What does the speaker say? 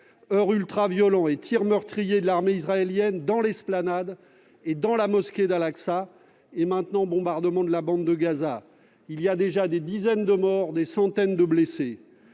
heurts ultraviolents et tirs meurtriers de l'armée israélienne sur l'esplanade et dans la mosquée Al-Aqsa, et maintenant bombardements de la bande de Gaza. Il y a déjà des dizaines de morts, des centaines de blessés.